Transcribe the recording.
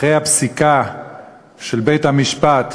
אחרי הפסיקה של בית-המשפט,